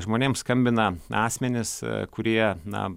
žmonėms skambina asmenys kurie na